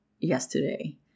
yesterday